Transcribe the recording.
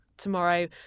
tomorrow